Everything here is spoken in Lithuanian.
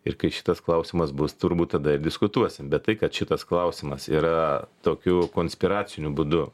ir kai šitas klausimas bus turbūt tada diskutuosim bet tai kad šitas klausimas yra tokių konspiraciniu būdu